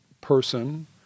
person